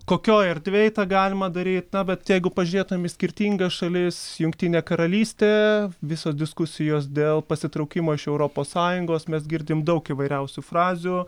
kokioj erdvėj tą galima daryt na bet jeigu pažiūrėtumėm į skirtingas šalis jungtinė karalystė visos diskusijos dėl pasitraukimo iš europos sąjungos mes girdim daug įvairiausių frazių